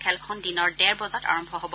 খেলখন দিনৰ ডেৰ বজাত আৰম্ভ হ'ব